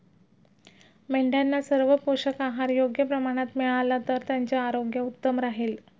मेंढ्यांना सर्व पोषक आहार योग्य प्रमाणात मिळाला तर त्यांचे आरोग्य उत्तम राहील